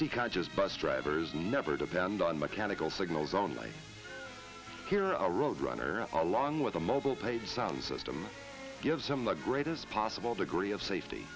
safety conscious bus drivers never depend on mechanical signals only hear a road runner along with a mobile paid sound system gives them the greatest possible degree of safety